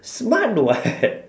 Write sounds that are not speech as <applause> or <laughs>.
smart what <laughs>